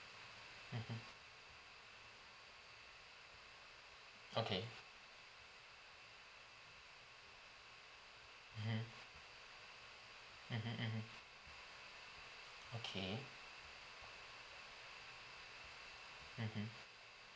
mmhmm okay mmhmm mmhmm mmhmm okay mmhmm